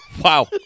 Wow